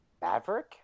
Maverick